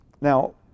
Now